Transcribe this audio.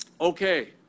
Okay